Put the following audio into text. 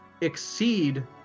exceed